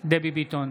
דבי ביטון,